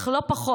אך לא פחות,